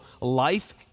life